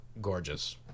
gorgeous